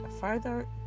further